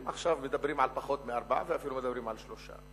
ועכשיו מדברים על פחות מ-4% ואפילו מדברים על 3%;